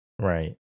right